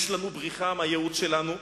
יש לנו בריחה מהייעוד שלנו,